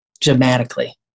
Dramatically